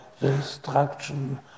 destruction